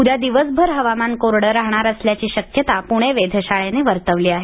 उद्या दिवसभर हवामान कोरडं राहणार असल्याची शक्यता पुणे वेधशाळेने वर्तवली आहे